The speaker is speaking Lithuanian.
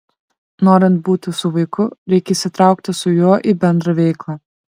norint būti su vaiku reikia įsitraukti su juo į bendrą veiklą